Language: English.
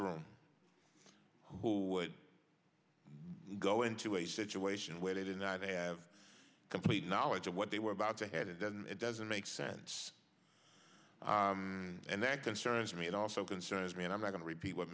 room who would go into a situation where they deny they have complete knowledge of what they were about to head it doesn't it doesn't make sense and that concerns me and also concerns me and i'm going to repeat what